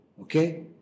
okay